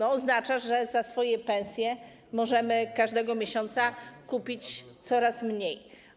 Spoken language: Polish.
Oznacza, że za swoje pensje możemy każdego miesiąca kupić coraz mniej.